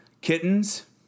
Kittens